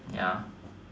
ya